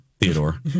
Theodore